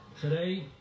Today